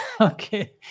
Okay